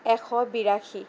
এশ বিৰাশী